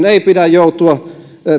ei pidä joutua